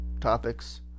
topics